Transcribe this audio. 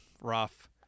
rough